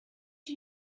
you